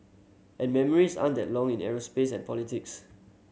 and memories aren't that long in aerospace and politics